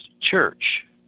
Church